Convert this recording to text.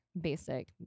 basic